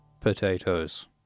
Potatoes